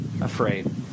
afraid